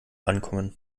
ankommen